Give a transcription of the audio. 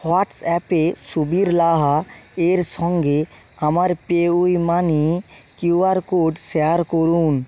হোয়াটসঅ্যাপে সুবীর লাহা এর সঙ্গে আমার পেইউমানি কিউআর কোড শেয়ার করুন